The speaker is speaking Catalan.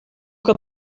que